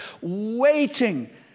waiting